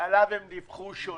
שעליו הם דיווחו שונה?